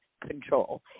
control